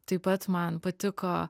taip pat man patiko